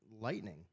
lightning